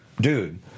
dude